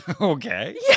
Okay